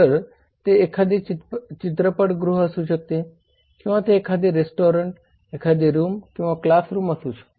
तर ते एखादे चित्रपटगृह असू शकते किंवा ते एखादे रेस्टॉरंट एखादे रूम किंवा क्लास रूम असू शकते